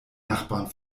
nachbarn